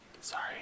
Sorry